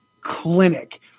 clinic